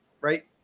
Right